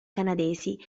canadesi